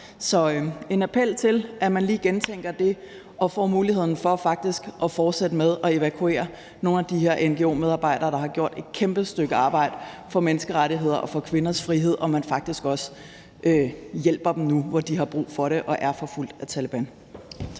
er en appel til, at man lige gentænker det og giver muligheden for faktisk at fortsætte med at evakuere nogle af de her ngo-medarbejdere, der har gjort et kæmpe stykke arbejde for menneskerettigheder og for kvinders frihed, og at man faktisk også hjælper dem nu, hvor de har brug for det og er forfulgt af Taleban.